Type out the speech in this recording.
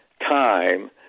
time